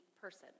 person